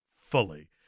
fully